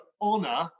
honor